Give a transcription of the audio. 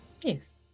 Yes